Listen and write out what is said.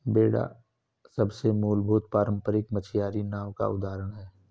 बेड़ा सबसे मूलभूत पारम्परिक मछियारी नाव का उदाहरण है